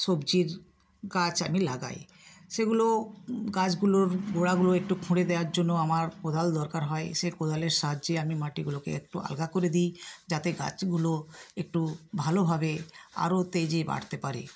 সবজির গাছ আমি লাগাই সেগুলোও গাছগুলোর গোঁড়াগুলো একটু খুঁড়ে দেওয়ার জন্য আমার কোদাল দরকার হয় সেই কোদালের সাহায্যে আমি মাটিগুলোকে একটু আলগা করে দি যাতে গাছগুলো একটু ভালোভাবে আরো তেজে বাড়তে পারে